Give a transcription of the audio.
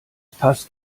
passt